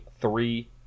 three